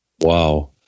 Wow